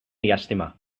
llàstima